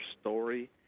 story